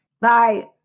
Bye